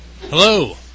Hello